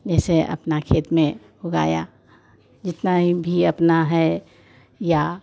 जैसे अपने खेत में उगाया जितना भी अपना है या